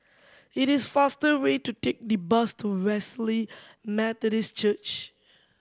it is faster way to take the bus to Wesley Methodist Church